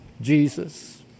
Jesus